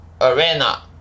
arena